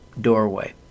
doorway